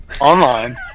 online